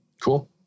cool